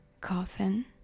coffin